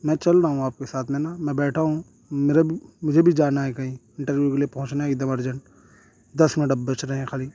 میں چل رہا ہوں آپ کے ساتھ میں نا میں بیٹھا ہوں میرا مجھے بھی جانا ہے کہیں انٹرویو کے لیے پہنچنا ہے ایک دم ارجنٹ دس منٹ اب بچ رہے ہیں خالی